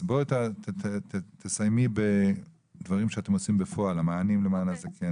אז תסיימי בבקשה במענים שאתם נותנים בפועל למען הזקן.